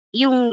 yung